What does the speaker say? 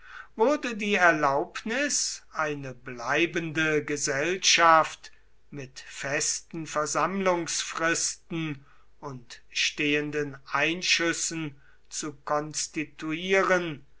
wurde die erlaubnis eine bleibende gesellschaft mit festen versammlungsfristen und stehenden einschüssen zu